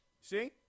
See